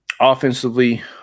Offensively